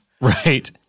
Right